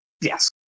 Yes